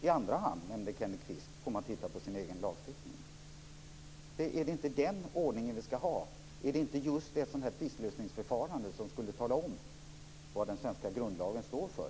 Kenneth Kvist nämnde att man i andra hand får titta på sin egen lagstiftning. Är det inte den ordningen som vi ska ha? Är det inte just ett sådant här tvistlösningsförfarande som skulle tala om vad den svenska grundlagen står för?